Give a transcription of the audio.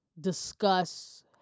discuss